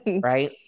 Right